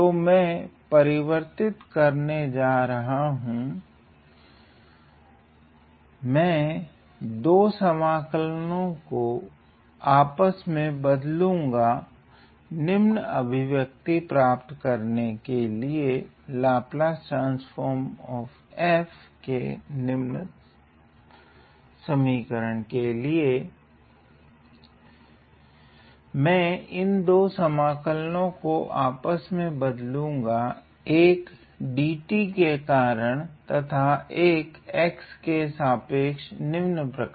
तो मैं परिवर्तित करने जा रहा हूँ मैं 2 समाकलों को आपस में बदलूँगा निम्न अभिव्यक्ति प्राप्त करने के लिए मैं इन 2 समकलों को आपस में बदलूगा एक dt के कारण तथा 1 x के सापेक्ष समाकल निम्न प्रकार